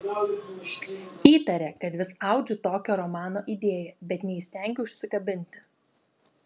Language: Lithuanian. įtarė kad vis audžiu tokio romano idėją bet neįstengiu užsikabinti